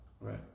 Right